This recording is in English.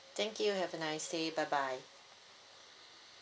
thank you have a nice day bye bye